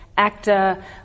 actor